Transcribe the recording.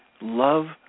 love